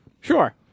Sure